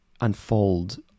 unfold